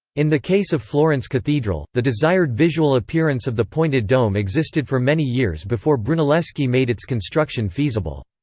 in the case of florence cathedral, the desired visual appearance of the pointed dome existed for many years before brunelleschi made its construction feasible.